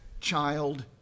child